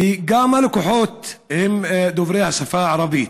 וגם הלקוחות הם דוברי השפה הערבית.